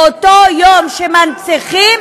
באותו יום שמנציחים,